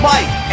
Mike